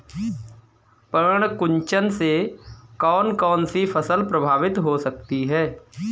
पर्ण कुंचन से कौन कौन सी फसल प्रभावित हो सकती है?